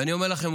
ואני אומר לכם,